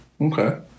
Okay